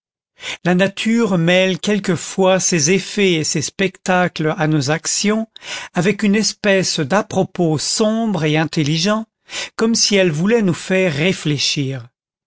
la nature mêle quelquefois ses effets et ses spectacles à nos actions avec une espèce d'à-propos sombre et intelligent comme si elle voulait nous faire réfléchir